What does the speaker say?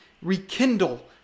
rekindle